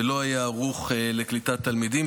ולא היה ערוך לקליטת תלמידים.